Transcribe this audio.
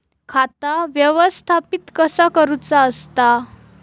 खाता व्यवस्थापित कसा करुचा असता?